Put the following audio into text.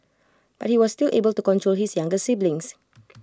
but he was still able to control his younger siblings